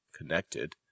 connected